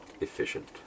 Efficient